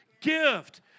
gift